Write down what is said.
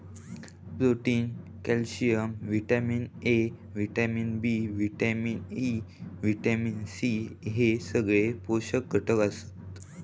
protein, calcium, vitamin A, vitamin B, vitamin E, vitamin C हे सगळे पोषक घटक आसत